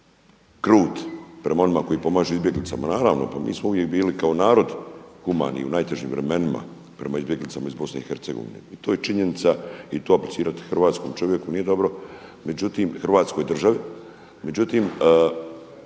krut prema onima koji pomažu izbjeglicama. Naravno, pa mi smo uvijek bili kao narod humani u najtežim vremenima prema izbjeglicama iz BiH i to je činjenica i to aplicirati hrvatskom čovjeku nije dobro, Hrvatskoj državi. Međutim,